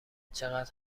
چقدر